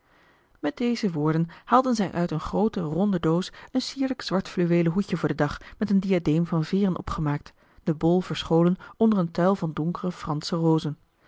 met deze woorden haalde zij uit een groote ronde doos een sierlijk zwart fluweelen hoedje voor den dag met een diadeem van veeren opgemaakt den bol verscholen onder een tuil van donkere fransche rozen